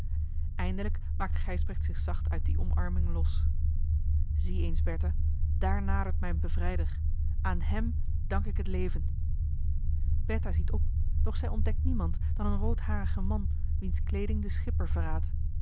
eindelijk maakt gijsbrecht zich zacht uit die omarming los zie eens bertha daar nadert mijn bevrijder aan hem dank ik het leven bertha ziet op doch zij ontdekt niemand dan een roodharigen man wiens kleeding den schipper verraadt